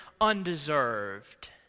undeserved